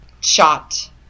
shot